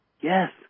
Yes